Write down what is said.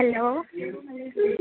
hello